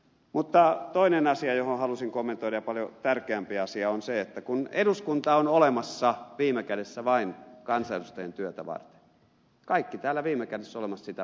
mutta toinen asia jota halusin kommentoida ja paljon tärkeämpi asia on se että kun eduskunta on olemassa viime kädessä vain kansanedustajien työtä varten kaikki täällä viime kädessä on olemassa sitä varten eikö totta